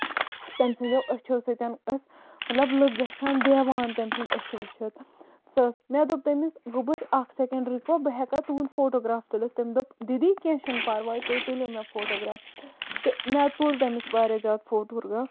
تٔمۍ سٔندیو أچھو سۭتۍ ٲسۍ مطلب لُکھ گژھان دیوانہٕ تٔمۍ سٔنز أچھ وٕچھِتھ سۄ ٲس مےٚ دوٚپ تٔمِس گوبُر اکھ سیکینڈ رُکِو بہٕ ہٮ۪کا تُہُند فوٹوگراف تُلِتھ تٔمۍ دوٚپ دیٖدی کیٚنہہ چھُنہٕ پَرواے تُہۍ تُلیو مےٚ فوٹوگراف تہٕ مےٚ تُل تٔمِس واریاہ زیادٕ فوٹوٗگراف